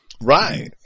Right